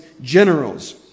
generals